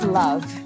love